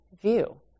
view